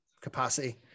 capacity